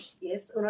Yes